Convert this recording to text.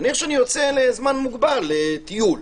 נאמר שאני יוצא לזמן מוגבל לטיול.